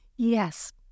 Yes